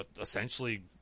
essentially –